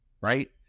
Right